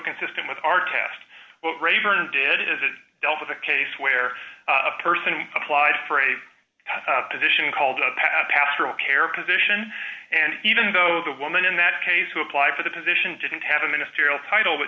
consistent with our test rayburn did as it dealt with a case where a person applied for a position called a pat pastoral care position and even though the woman in that case who applied for the position didn't have a ministerial title but